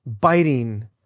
biting